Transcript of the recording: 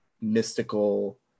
mystical